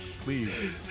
please